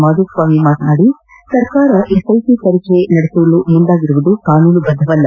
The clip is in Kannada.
ಮಾದುಸ್ವಾಮಿ ಮಾತನಾಡಿ ಸರ್ಕಾರ ಎಸ್ಐಟಿ ತನಿಖೆ ನಡೆಸಲು ಮುಂದಾಗಿರುವುದು ಕಾನೂನು ಬದ್ದವಲ್ಲ